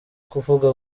kuvuga